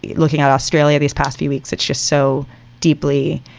looking at australia these past few weeks, it's just so deeply,